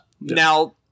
Now